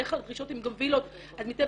בדרך כלל הדרישות הן גם וילות אז מטבע